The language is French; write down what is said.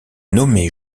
nommé